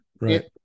Right